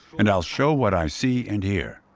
and i'll show what i see and hear.